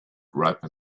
ripe